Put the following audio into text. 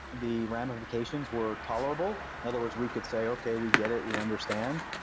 the ramifications were tolerable. in other words, we could say, okay, we get it. we understand.